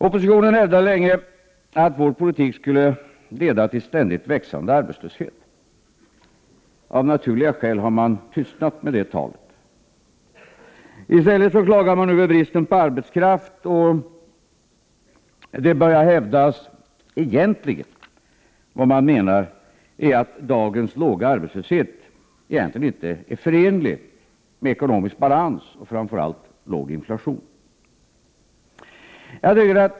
Oppositionen hävdade länge att vår politik skulle leda till ständigt växande arbetslöshet. Av naturliga skäl har det talet tystnat. I stället klagar man över bristen på arbetskraft, och det börjar hävdas att vad man egentligen menar är att dagens låga arbetslöshet inte är förenlig med ekonomisk balans och framför allt låg inflation.